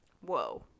whoa